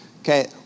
Okay